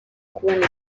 kubona